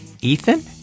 Ethan